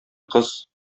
кыз